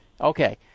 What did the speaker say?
Okay